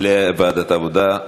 ועדת העבודה.